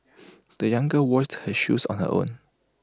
the young girl washed her shoes on her own